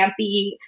campy